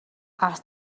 asked